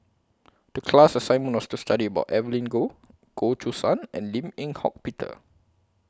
The class assignment was to study about Evelyn Goh Goh Choo San and Lim Eng Hock Peter